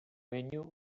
venue